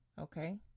okay